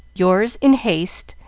yours in haste,